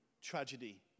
tragedy